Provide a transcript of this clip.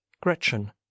gretchen